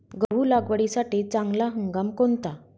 गहू लागवडीसाठी चांगला हंगाम कोणता?